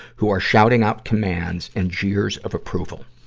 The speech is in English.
who are shouting out commands and jeers of approval.